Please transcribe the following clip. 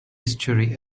estuary